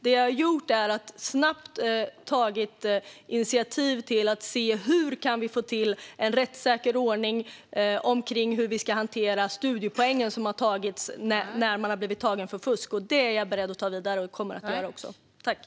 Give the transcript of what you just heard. Det jag har gjort är att snabbt ta initiativ till att se hur vi kan få till en rättssäker ordning i fråga om hur vi ska hantera de studiepoäng man tagit när man blir tagen för fusk. Det är jag beredd att gå vidare med, och det kommer jag också att göra.